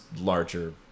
larger